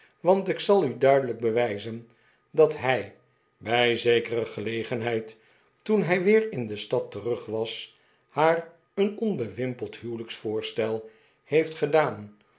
want ik zal u duidelijk bewijzen dat hij bij zekere gelegenheid to en hij weer in de stad terug was haar een onbewimpeld huwelijksvoorstel heeft gedaan